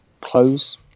close